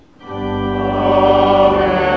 Amen